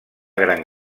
gran